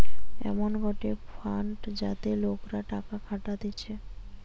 এমন গটে ফান্ড যাতে লোকরা টাকা খাটাতিছে